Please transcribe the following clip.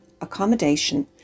accommodation